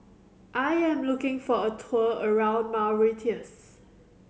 I am looking for a tour around Mauritius